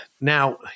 Now